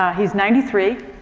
ah he's ninety three